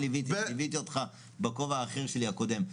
ליוויתי אותך בכובע האחר שלי הקודם.